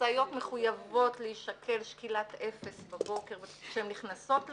המשאיות מחויבות להישקל שקילת עסק בבוקר כשהן נכנסות לרשות,